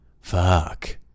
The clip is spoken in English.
fuck